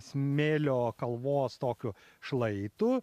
smėlio kalvos tokiu šlaitu